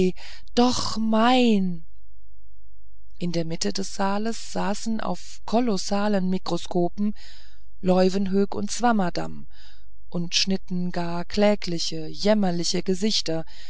doch mein in der mitte des saals saßen auf kolossalen mikroskopen leuwenhoek und swammerdamm und schnitten gar klägliche jämmerliche gesichter